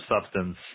substance